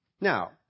Now